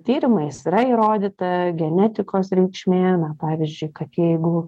tyrimais yra įrodyta genetikos reikšmė na pavyzdžiui kad jeigu